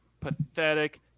pathetic